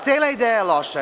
Cela ideja je loša.